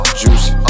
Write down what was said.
juicy